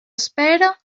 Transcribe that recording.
espera